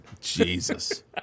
Jesus